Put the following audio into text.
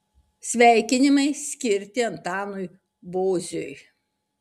sveikinimai skirti antanui boziui